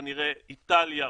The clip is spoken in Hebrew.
כנראה איטליה,